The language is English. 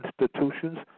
institutions